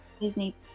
disney